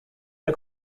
der